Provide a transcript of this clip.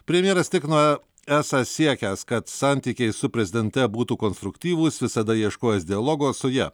premjeras tikina esą siekęs kad santykiai su prezidente būtų konstruktyvūs visada ieškojęs dialogo su ja